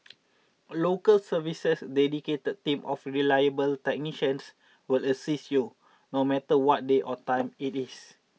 local service's dedicated team of reliable technicians will assist you no matter what day or time it is